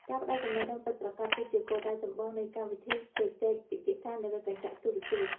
ការផ្តល់ចំណេះដឹងពិតប្រាកដ គឺជាគោលដៅចម្បងនៃកម្មវិធីជជែកពិភាក្សានៅលើកញ្ចក់ទូរទស្សន៍។